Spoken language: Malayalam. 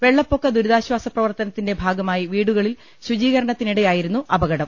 വെള്ളപ്പൊക്ക ദുരിതാശ്വാസ പ്രവർത്ത നത്തിന്റെ ഭാഗമായി വീടുകളിൽ ശുചീകരണത്തിനിടെയായിരുന്നു അപകടം